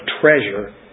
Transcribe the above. treasure